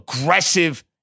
Aggressive